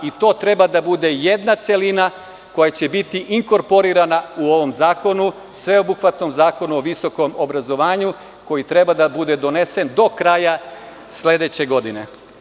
To treba da bude jedna celina koja će biti inkorporirana u ovom zakonu, sveobuhvatnom zakonu o visokom obrazovanju koji treba da bude donesen do kraja sledeće godine.